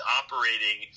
operating